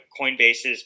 Coinbase's